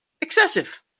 excessive